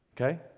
Okay